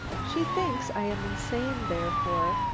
she thinks i am insane, therefore,